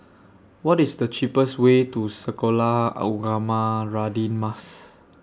What IS The cheapest Way to Sekolah Ugama Radin Mas